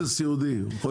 סיעודי זה סיעודי.